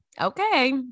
okay